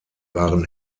waren